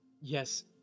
yes